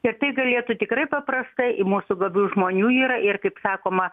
ir tai galėtų tikrai paprastai i mūsų gabių žmonių yra ir kaip sakoma